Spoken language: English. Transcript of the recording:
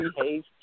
behave